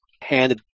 handed